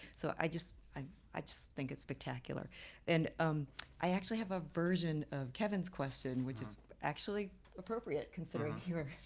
so i just i i just think it's spectacular and um i actually have a version of kevin's question which is actually appropriate considering here